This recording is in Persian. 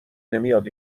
نمیاد